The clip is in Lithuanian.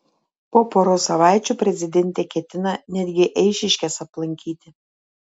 po poros savaičių prezidentė ketina netgi eišiškes aplankyti